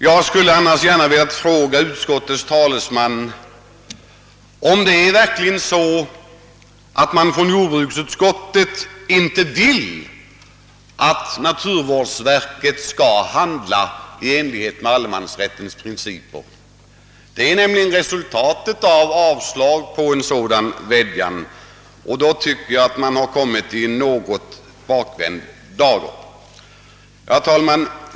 Jag skulle gärna ha velat fråga utskottets talesman om det verkligen är så, att jordbruksutskottet inte vill att naturvårdsverket skall handla i enlighet med allemansrättens principer. Det är nämligen innebörden av dess avstyrkande av vårt förslag, och det tycker jag ställer utskottets utlåtande i en något besynnerlig dager. Herr talman!